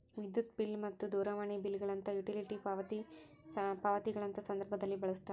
ವಿದ್ಯುತ್ ಬಿಲ್ ಮತ್ತು ದೂರವಾಣಿ ಬಿಲ್ ಗಳಂತಹ ಯುಟಿಲಿಟಿ ಪಾವತಿ ಪಾವತಿಗಳಂತಹ ಸಂದರ್ಭದಲ್ಲಿ ಬಳಸ್ತಾರ